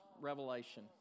revelation